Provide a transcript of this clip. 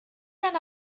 ran